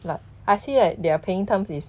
like I see that their are paying terms is